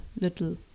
little